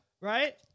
Right